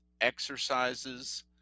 exercises